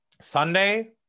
sunday